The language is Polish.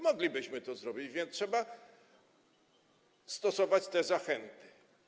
Moglibyśmy to zrobić, więc trzeba stosować te zachęty.